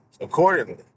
accordingly